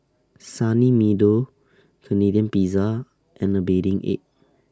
Sunny Meadow Canadian Pizza and A Bathing Ape